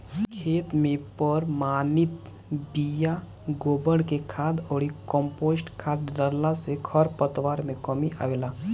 खेत में प्रमाणित बिया, गोबर के खाद अउरी कम्पोस्ट खाद डालला से खरपतवार में कमी आवेला